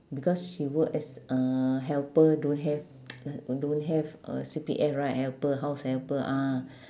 because she work as a helper don't have don't have a C_P_F right helper house helper ah